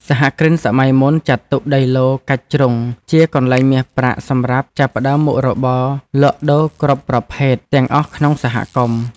សហគ្រិនសម័យមុនចាត់ទុកដីឡូតិ៍កាច់ជ្រុងជាកន្លែងមាសប្រាក់សម្រាប់ចាប់ផ្ដើមមុខរបរលក់ដូរគ្រប់ប្រភេទទាំងអស់ក្នុងសហគមន៍។